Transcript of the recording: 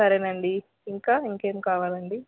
సరే అండి ఇంకా ఇంకేమి కావాలి అండి